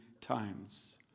times